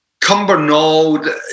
Cumbernauld